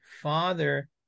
father